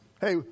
Hey